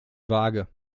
waage